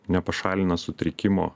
nepašalina sutrikimo